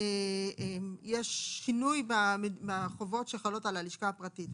יש שינוי בחובות שחלות על הלשכה הפרטית.